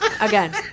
Again